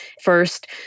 First